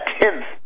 tenth